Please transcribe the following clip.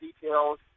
details